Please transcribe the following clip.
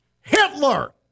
Hitler